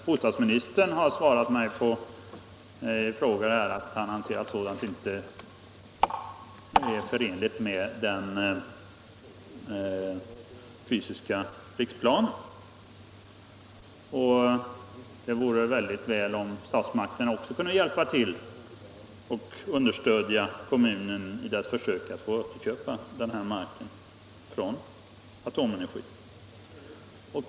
Bostadsministern har f. ö. svarat mig på en fråga att han anser att sådant inte är förenligt med den fysiska riksplanen. Det vore väldigt väl om statsmakterna kunde understödja kommunen i försöket att få återköpa den här marken från Atomenergi.